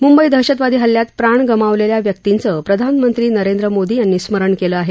मुंबई दहशतवादी हल्ल्यात प्राण गमावलेल्या व्यक्तींचं प्रधानमंत्री नरेंद्र मोदी यांनी स्मरण केलं आहे